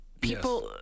people